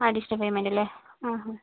additional payment അല്ലേ